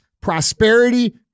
prosperity